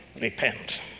repent